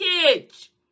package